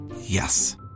Yes